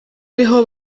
ariho